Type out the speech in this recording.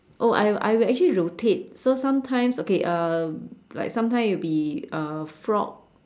oh I I actually rotate so sometimes okay um like sometime it will be uh frog